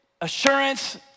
Assurance